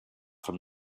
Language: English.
from